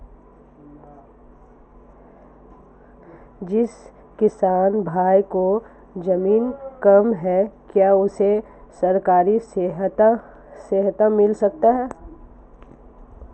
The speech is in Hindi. जिस किसान भाई के ज़मीन कम है क्या उसे सरकारी सहायता मिल सकती है?